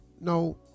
no